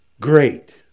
Great